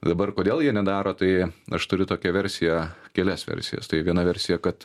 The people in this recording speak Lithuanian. dabar kodėl jie nedaro tai aš turiu tokią versiją kelias versijas tai viena versija kad